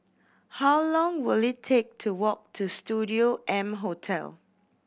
how long will it take to walk to Studio M Hotel